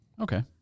Okay